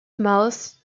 mouth